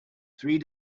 three